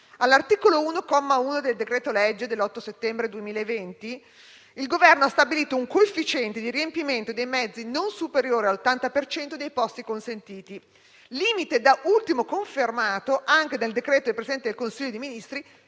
All'articolo 1, comma 1, del decreto-legge 8 settembre 2020, n. 111, il Governo ha stabilito un coefficiente di riempimento dei mezzi non superiore all'80 per cento dei posti consentiti; limite da ultimo confermato anche dal decreto del Presidente del Consiglio dei ministri